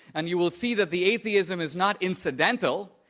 and you will see that the atheism is not incidental,